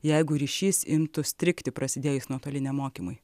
jeigu ryšys imtų strigti prasidėjus nuotoliniam mokymui